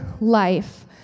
life